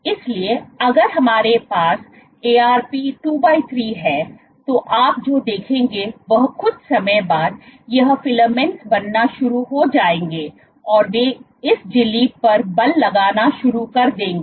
इसलिए अगर हमारे पास Arp 23 है तो आप जो देखेंगे वह कुछ समय बाद ये फिलामेंट बनना शुरू हो जाएंगे और वे इस झिल्ली पर बल लगाना शुरू कर देंगे